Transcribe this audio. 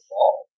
Fall